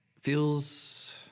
feels